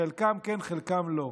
חלקם כן, חלקם לא.